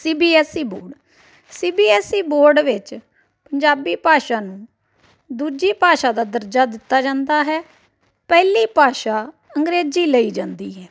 ਸੀ B S E board C B S E board C B S E board ਵਿੱਚ ਪੰਜਾਬੀ ਭਾਸ਼ਾ ਨੂੰ ਦੂਜੀ ਭਾਸ਼ਾ ਦਾ ਦਰਜਾ ਦਿੱਤਾ ਜਾਂਦਾ ਹੈ ਪਹਿਲੀ ਭਾਸ਼ਾ ਅੰਗਰੇਜ਼ੀ ਲਈ ਜਾਂਦੀ ਹੈ